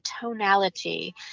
tonality